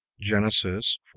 Genesis